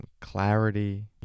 clarity